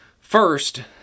First